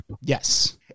yes